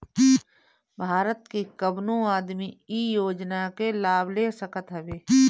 भारत के कवनो आदमी इ योजना के लाभ ले सकत हवे